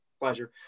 pleasure